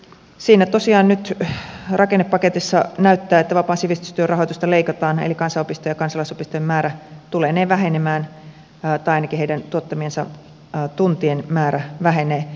tosiaan nyt rakennepaketissa näyttää että vapaan sivistystyön rahoitusta leikataan eli kansanopisto ja kansalaisopistojen määrä tullee vähenemään tai ainakin niiden tuottamien tuntien määrä vähenee